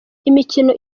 imikino